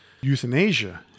Euthanasia